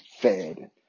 fed